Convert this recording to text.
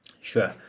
Sure